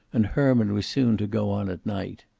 and herman was soon to go on at night.